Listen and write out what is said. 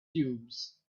cubes